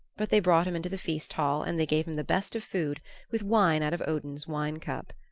but they brought him into the feast hall and they gave him the best of food with wine out of odin's wine cup.